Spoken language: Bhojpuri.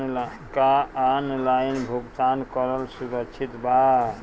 का ऑनलाइन भुगतान करल सुरक्षित बा?